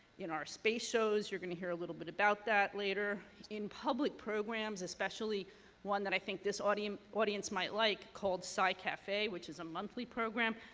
in our space shows you're going to hear a little bit about that later in public programs, especially one that i think this audience might might like, called scicafe, which is a monthly program.